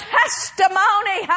testimony